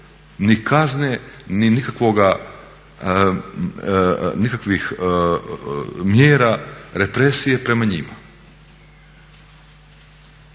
ni kazne ni nikakvih mjera represije prema njima?